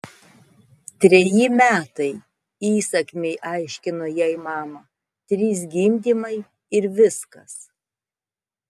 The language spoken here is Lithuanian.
treji metai įsakmiai aiškino jai mama trys gimdymai ir viskas